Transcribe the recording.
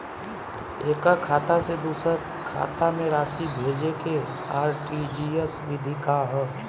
एकह खाता से दूसर खाता में राशि भेजेके आर.टी.जी.एस विधि का ह?